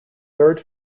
third